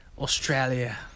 australia